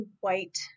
white